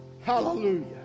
hallelujah